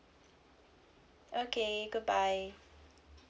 okay good bye